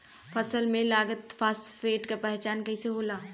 फसल में लगल फारेस्ट के पहचान कइसे होला?